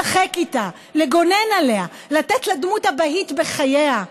לשחק איתה, לגונן עליה, לתת לה דמות אבהית בחייה.